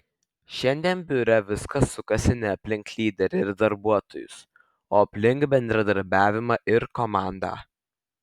šiandien biure viskas sukasi ne aplink lyderį ir darbuotojus o aplink bendradarbiavimą ir komandą